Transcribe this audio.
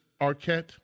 Arquette